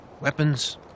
Weapons